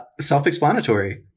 self-explanatory